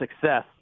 success